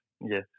Yes